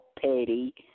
Petty